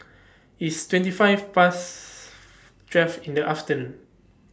its twenty five Past twelve in The afternoon